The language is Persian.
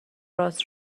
راست